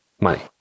money